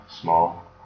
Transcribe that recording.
small